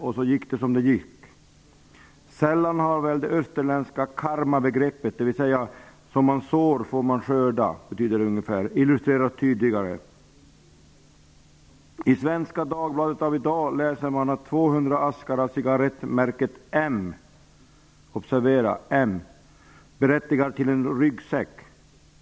Så gick det som det gick. Sällan har väl det österländska karmabegreppet, dvs. som man sår får man skörda, illustrerats tydligare. I Svenska Dagbladet i dag läser man att 200 askar av cigarettmärket M -- observera M -- berättigar till en ryggsäck.